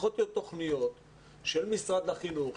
צריכות להיות תכניות של משרד החינוך,